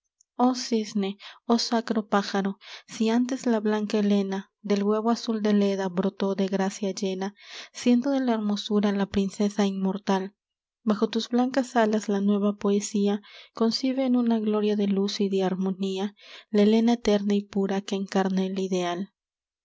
cisne oh sacro pájaro si antes la blanca helena del huevo azul de leda brotó de gracia llena siendo de la hermosura la princesa inmortal bajo tus blancas alas la nueva poesía concibe en una gloria de luz y de harmonía la helena eterna y pura que encarna el ideal